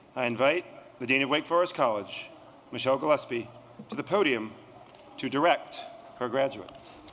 i invite but dean of wake forest college michele gillespie to the podium to direct her graduates.